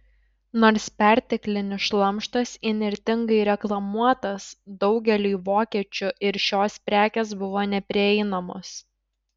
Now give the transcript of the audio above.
nors perteklinis šlamštas įnirtingai reklamuotas daugeliui vokiečių ir šios prekės buvo neprieinamos